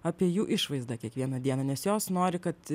apie jų išvaizdą kiekvieną dieną nes jos nori kad